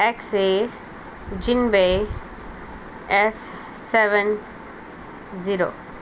x A जिनबे S seven zero